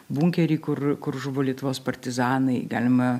bunkerį kur kur žuvo lietuvos partizanai galima